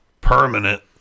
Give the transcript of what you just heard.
permanent